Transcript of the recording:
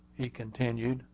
he continued,